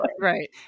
Right